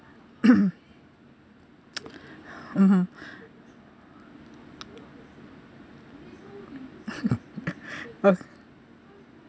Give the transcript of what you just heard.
mmhmm